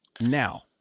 Now